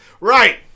Right